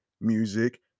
music